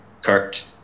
Kurt